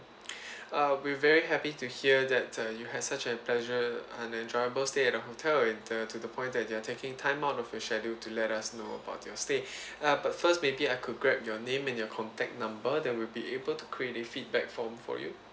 uh we're very happy to hear that you had such a pleasure and enjoyable stay at our hotel and the to the point that you are taking time out of your schedule to let us know about your stay uh but first maybe I could grab your name and your contact number than we'll be able to create a feedback form for you